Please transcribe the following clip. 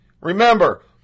Remember